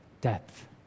depth